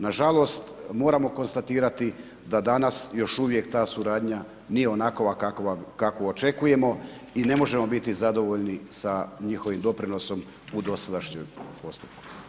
Nažalost, moramo konstatirati da danas još uvijek ta suradnja nije onakva kakvu očekujemo i ne možemo biti zadovoljni sa njihovim doprinosom u dosadašnjem postupku.